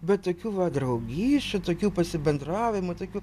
bet tokių va draugysčių tokių pasibendravimų tokių